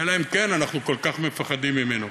אלא אם כן אנחנו כל כך מפחדים ממנו.